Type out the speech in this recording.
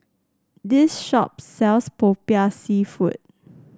this shop sells Popiah seafood